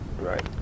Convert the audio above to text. right